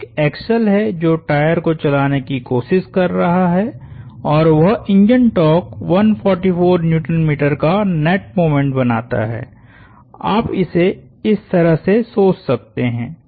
तो एक एक्सल है जो टायर को चलाने की कोशिश कर रहा है और वह इंजन टॉर्क 144 Nm का नेट मोमेंट बनाता है आप इसे इस तरह से सोच सकते हैं